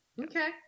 Okay